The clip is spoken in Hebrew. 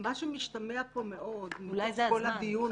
מה שמשתמע פה מאוד מכל הדיון הזה,